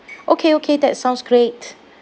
okay okay that sounds great